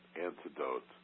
antidote